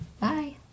Bye